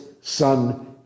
son